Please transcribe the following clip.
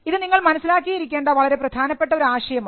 ഇത് നിങ്ങൾ മനസ്സിലാക്കിയിരിക്കേണ്ട വളരെ പ്രധാനപ്പെട്ട ഒരു ആശയമാണ്